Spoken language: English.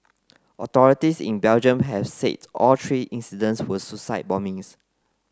authorities in Belgium have said all three incidents were suicide bombings